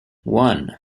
one